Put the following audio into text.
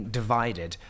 divided